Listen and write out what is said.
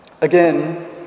Again